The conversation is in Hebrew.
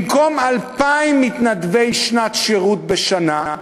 במקום 2,000 מתנדבי שנת שירות בשנה,